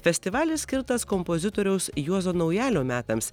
festivalis skirtas kompozitoriaus juozo naujalio metams